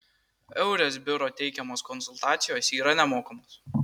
eures biuro teikiamos konsultacijos yra nemokamos